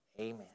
amen